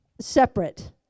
separate